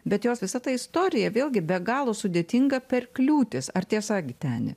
bet jos visa ta istorija vėlgi be galo sudėtinga per kliūtis ar tiesa giteni